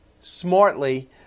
smartly